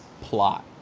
plot